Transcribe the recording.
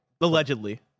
Allegedly